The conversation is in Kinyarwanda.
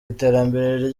iterambere